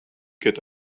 got